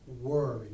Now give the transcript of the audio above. worry